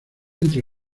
entre